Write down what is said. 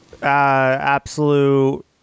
Absolute